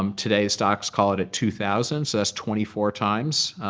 um today stocks call it a two thousand so that's twenty four times.